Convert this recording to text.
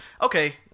Okay